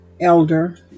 elder